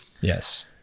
Yes